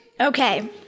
Okay